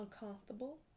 uncomfortable